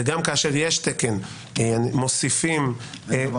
וגם כאשר יש תקן מוסיפים --- אין דבר כזה.